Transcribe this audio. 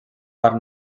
part